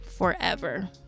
forever